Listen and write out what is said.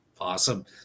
awesome